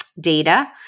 data